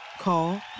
Call